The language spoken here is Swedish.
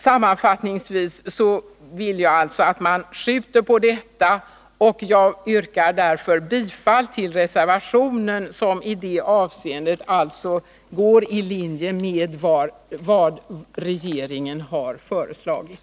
Sammanfattningsvis vill jag alltså att riksdagen skjuter på avgörandet, och jag yrkar därför bifall till reservationen, som i det avseendet går i linje med vad regeringen har föreslagit.